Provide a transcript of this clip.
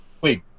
wait